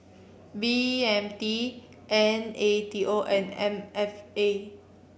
B M T N A T O and M F A